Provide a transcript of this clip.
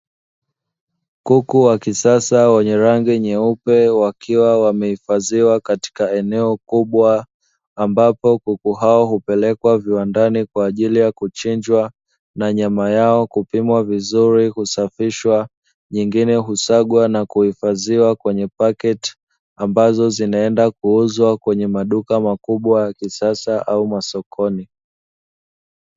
Kuku wa kisasa wenyerange nyeupe, wakiwa wamehifadhiwa katika eneo kubwa ambapo kuku hao hupelekwa viwandani kwa ajili ya kuchinjwa na nyama yao kupimwa vizuri husafishwa, nyingine husagwa na kuhifadhiwa kwenye paketi ambazo zinaenda kuuzwa kwenye maduka makubwa ya kisasa au masokoni.